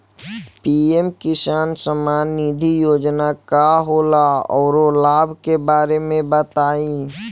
PM Kisan Samman Nidhi Yojana का होला औरो लाभ के बारे में बताई?